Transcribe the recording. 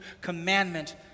commandment